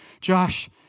Josh